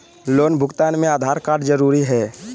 Loan भुगतान में Aadhaar card जरूरी है?